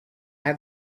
have